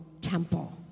temple